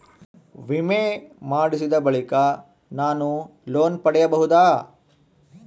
ವಿಮೆ ಮಾಡಿಸಿದ ಬಳಿಕ ನಾನು ಲೋನ್ ಪಡೆಯಬಹುದಾ?